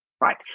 right